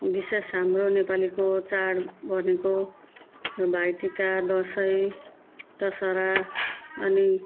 विशेष हाम्रो नेपालीको चाड भनेको भाइटिका दसैँ दशहरा अनि